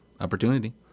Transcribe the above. opportunity